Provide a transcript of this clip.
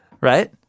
right